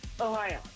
Ohio